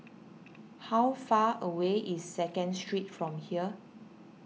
how far away is Second Street from here